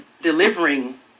delivering